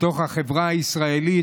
בתוך החברה הישראלית,